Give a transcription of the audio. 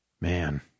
Man